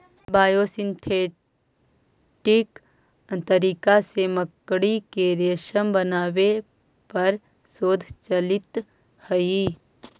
biosynthetic तरीका से मकड़ी के रेशम बनावे पर शोध चलित हई